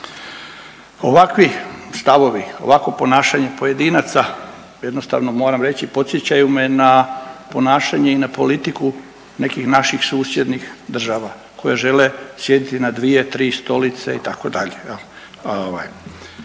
Ovakvih stavovi, ovakvo ponašanje pojedinaca jednostavno moram reći, podsjećaju me na ponašanje i na politiku nekih naših susjednih država koje žele sjediti na 2, 3 stolice, itd.,